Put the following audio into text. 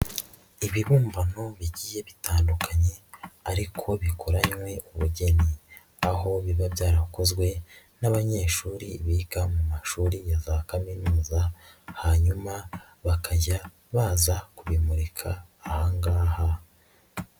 Ibibumbano bigiye bitandukanye ariko bikoranywe ubugeni, aho biba byarakozwe n'abanyeshuri biga mu mashuri ya za kaminuza hanyuma bakajya baza kubimurika aha ngaha.